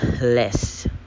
less